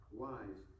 wise